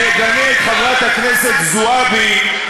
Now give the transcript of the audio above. אף אחד מהם לא יעלה לכאן ויגנה את חברת הכנסת זועבי על